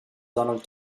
donald